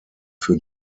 für